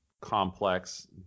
complex